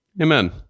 Amen